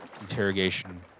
interrogation